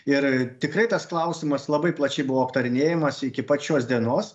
ir tikrai tas klausimas labai plačiai buvo aptarinėjamas iki pat šios dienos